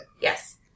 Yes